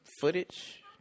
footage